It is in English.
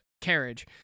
carriage